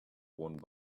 one